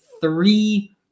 three